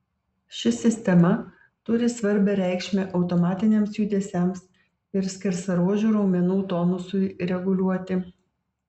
ši sistema turi svarbią reikšmę automatiniams judesiams ir skersaruožių raumenų tonusui reguliuoti